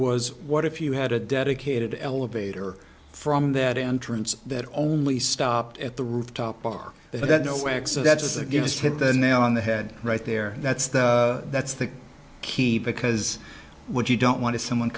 was what if you had a dedicated elevator from that entrance that only stopped at the rooftop bar they don't know where that is against hit the nail on the head right there that's the that's the key because what you don't want to someone